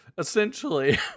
Essentially